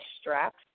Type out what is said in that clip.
straps